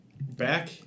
back